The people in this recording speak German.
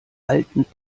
alten